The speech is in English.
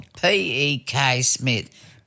P-E-K-Smith